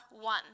one